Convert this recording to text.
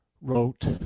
wrote